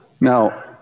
Now